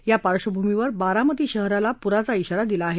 या पार्शभूमीवर बारामती शहराला पूराचा शिवारा दिला आहे